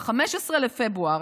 ב-15 בפברואר,